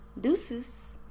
deuces